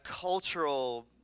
cultural